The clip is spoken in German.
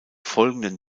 folgenden